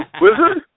Wizard